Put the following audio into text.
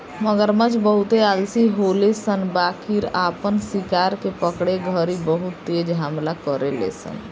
मगरमच्छ बहुते आलसी होले सन बाकिर आपन शिकार के पकड़े घड़ी बहुत तेज हमला करेले सन